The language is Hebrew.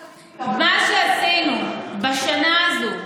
אנחנו נביא פתרון, מה שעשינו בשנה הזאת,